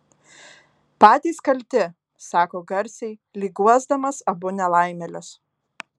patys kalti sako garsiai lyg guosdamas abu nelaimėlius